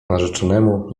narzeczonemu